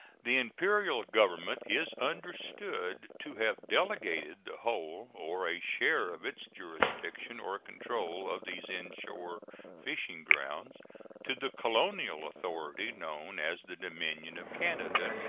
the imperial government is understood to have delegated the whole or a share of its jurisdiction or control of these inshore fishing grounds to the colonial authority known as the dominion of canada,